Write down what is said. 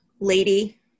Lady